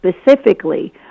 specifically